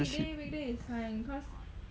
then just 去